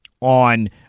on